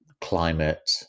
climate